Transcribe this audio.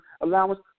allowance